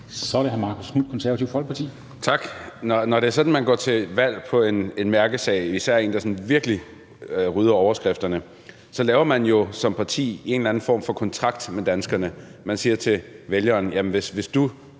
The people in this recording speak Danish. Så er det hr. Marcus Knuth, Konservative Folkeparti. Kl. 11:18 Marcus Knuth (KF): Tak. Når det er sådan, at man går til valg på en mærkesag, især en, der sådan virkelig rydder overskrifterne, så laver man jo som parti en eller anden form for kontrakt med danskerne. Man siger til vælgeren: Hvis du